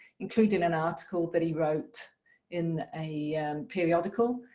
including an article that he wrote in a periodical.